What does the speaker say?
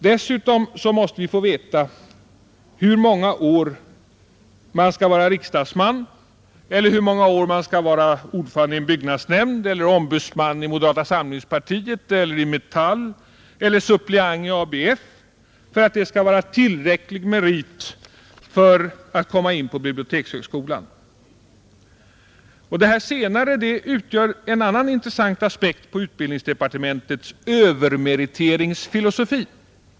Dessutom måste vi få veta hur många år man skall vara riksdagsman, hur många år man skall vara ordförande i en byggnadsnämnd eller ombudsman i moderata samlingspartiet eller i Metall eller suppleant i ABF för att det skall vara tillräcklig merit för att komma in på bibliotekshögskolan. Det här senare utgör en annan intressant aspekt på utbildningsdepartementets övermeriteringsfilosofi.